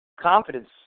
confidence